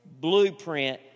blueprint